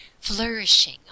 flourishing